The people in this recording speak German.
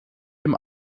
dem